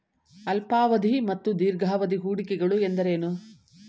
ಅಲ್ಪಾವಧಿ ಮತ್ತು ದೀರ್ಘಾವಧಿ ಹೂಡಿಕೆಗಳು ಎಂದರೇನು?